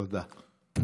תודה.